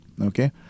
Okay